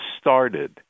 started